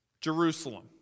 Jerusalem